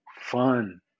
fun